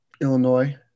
Illinois